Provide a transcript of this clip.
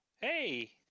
Hey